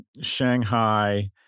Shanghai